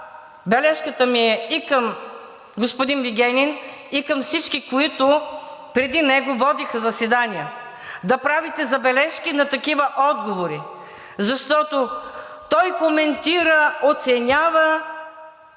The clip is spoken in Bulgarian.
бележката ми е и към господин Вигенин и към всички, които преди него водиха заседания, да правите забележки за такива отговори, защото той коментира, оценява,